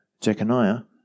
Jeconiah